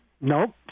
Nope